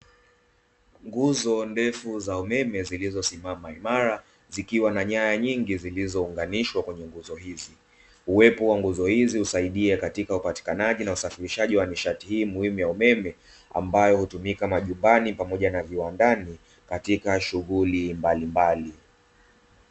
Nguzo ndefu za umeme zilizosimama imara zikiwa na nyaya nyingi zilizounganishwa kwenye nguzo hizi. Uwepo wa nguzo hizi husaidia katika upatikanaji na usafirishaji wa nishati hii muhimu ya umeme ambayo hutumika majumbani pamoja na viwandani katika shughuli mbalimbali.